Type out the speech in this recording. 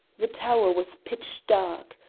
the tower was pitch dark.